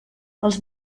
els